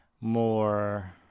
more